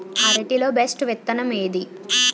అరటి లో బెస్టు విత్తనం ఏది?